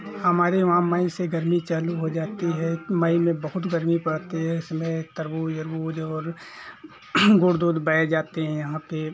हमारे वहाँ मई से गर्मी चालू हो जाती है मई में बहुत गर्मी पड़ती है इस समय तरबूज ओरबूज और उर्द उर्द बए जाते हैं यहाँ पे